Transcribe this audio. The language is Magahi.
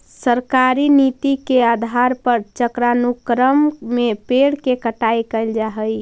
सरकारी नीति के आधार पर चक्रानुक्रम में पेड़ के कटाई कैल जा हई